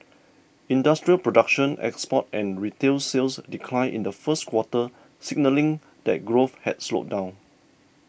industrial production exports and retail sales declined in the first quarter signalling that growth had slowed down